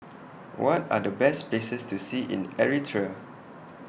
What Are The Best Places to See in Eritrea